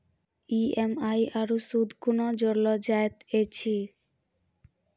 EMI आरू सूद कूना जोड़लऽ जायत ऐछि?